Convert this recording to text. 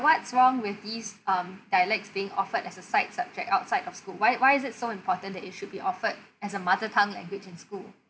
what's wrong with this um dialects being offered as a side subject outside of school why why is it so important that it should be offered as a mother tongue language in school